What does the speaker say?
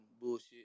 bullshit